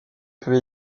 peut